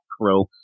crew